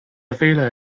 villa